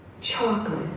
Chocolate